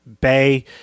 Bay